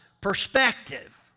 perspective